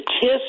Kiss